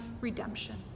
redemption